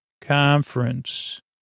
Conference